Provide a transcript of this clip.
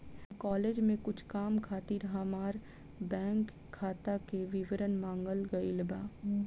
college में कुछ काम खातिर हामार बैंक खाता के विवरण मांगल गइल बा